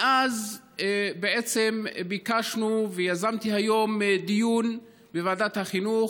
מאז בעצם ביקשנו, ויזמתי היום דיון בוועדת החינוך,